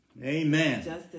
Amen